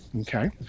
okay